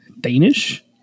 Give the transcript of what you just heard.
Danish